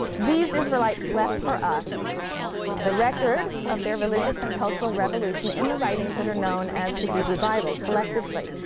these israelites left for us the record of their religious and cultural revolution in the writings that are known as the hebrew bible collectively,